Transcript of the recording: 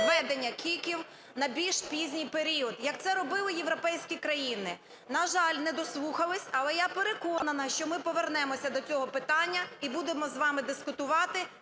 введення КІКів на більш пізній період як це робили європейські країни. На жаль, не дослухались. Але я переконана, що ми повернемося до цього питання і будемо з вами дискутувати